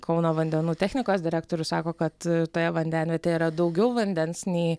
kauno vandenų technikos direktorius sako kad toje vandenvietėje yra daugiau vandens nei